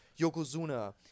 Yokozuna